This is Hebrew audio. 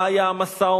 מה היה המשא-ומתן,